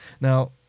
Now